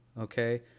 okay